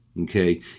okay